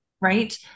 Right